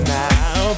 now